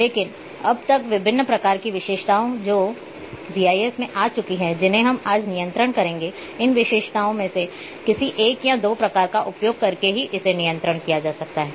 लेकिन अब तक विभिन्न प्रकार की विशेषताएँ जो जीआईएस में आ चुकी हैं जिन्हें हम आज नियंत्रण करेंगे इन विशेषताओं में से किसी एक या दो प्रकार का उपयोग करके ही इसे नियंत्रण किया जा सकता है